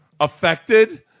affected